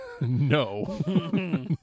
No